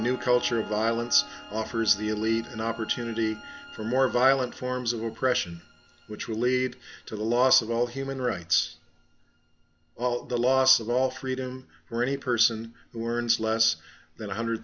new culture of violence offers the elite an opportunity for more violent forms of oppression which will lead to the loss of all human rights the loss of all freedom for any person who earns less than one hundred